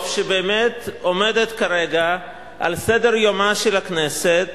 שבאמת עומדת כרגע על סדר-יומה של הכנסת